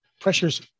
Pressure's